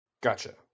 Gotcha